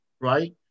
right